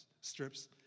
strips